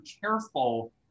careful